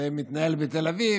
זה מתנהל בתל אביב,